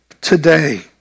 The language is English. today